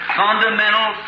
fundamental